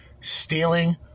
stealing